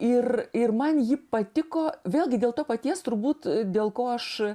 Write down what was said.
ir ir man ji patiko vėlgi dėl to paties turbūt dėl ko aš